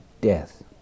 death